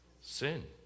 Sin